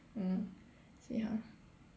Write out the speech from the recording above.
mm so ya